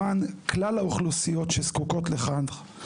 למען כלל האוכלוסיות שזקוקות לכך,